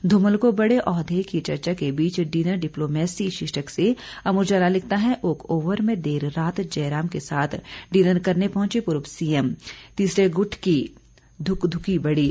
धूमल को बड़े ओहदे की चर्चा के बीच डिनर डिप्लोमेसी शीर्षक से अमर उजाला लिखता है ओक ओवर में देर रात जयराम के साथ डिनर करने पहुंचे पूर्व सीएम तीसरे गुट की धुकधुकी बढ़ी